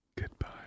goodbye